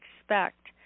expect